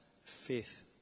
faith